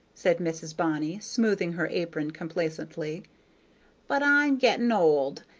said mrs. bonny, smoothing her apron complacently but i'm getting old,